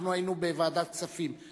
אנחנו היינו בוועדת כספים.